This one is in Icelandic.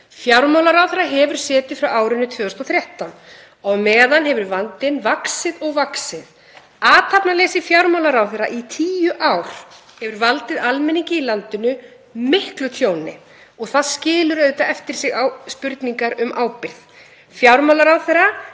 Fjármálaráðherra hefur setið frá árinu 2013 og á meðan hefur vandinn vaxið og vaxið. Athafnaleysi fjármálaráðherra í tíu ár hefur valdið almenningi í landinu miklu tjóni og það skilur eftir sig spurningar um ábyrgð. Fjármálaráðherra